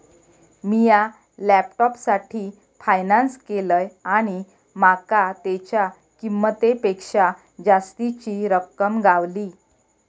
मिया लॅपटॉपसाठी फायनांस केलंय आणि माका तेच्या किंमतेपेक्षा जास्तीची रक्कम गावली